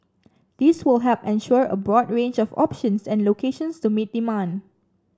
this will help ensure a broad range of options and locations to meet demand